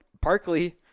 Parkley